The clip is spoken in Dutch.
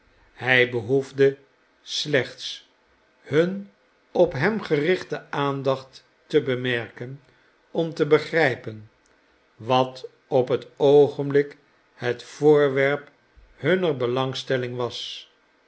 hij behoefde slechts hun op hem gerichte aandacht te bemerken om te begrijpen wat op het oogenblik het voorwerp hunner belangstelling was